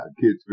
kids